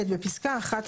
בפסקה (11),